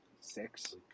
six